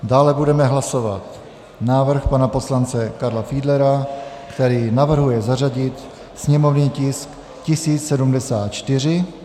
Dále budeme hlasovat návrh pana poslance Karla Fiedlera, který navrhuje zařadit sněmovní tisk 1074.